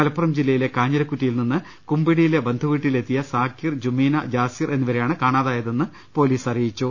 മലപ്പുറം ജില്ല യിലെ കാഞ്ഞിരക്കുറ്റിയിൽ നിന്ന് കുമ്പിടിയിലെ ബന്ധുവീട്ടിൽ എത്തിയ സാക്കീർ ജുമീന ജാസിർ എന്നിവരെയാണ് കാണാതായതെന്ന് പൊലീസ് അറിയിച്ചു